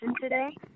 today